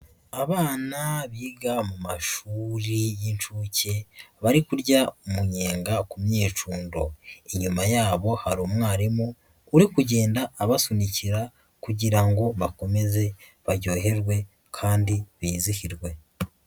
Abana biga mu mashuri y'inshuke, bari kurya umunyenga ku myicundo. Inyuma yabo hari umwarimu uri kugenda abasunikira kugira ngo bakomeze baryoherwe kandi bizihirwe.